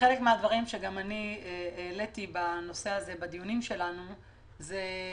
חלק מהדברים שגם אני העליתי בנושא הזה בדיונים שלנו זו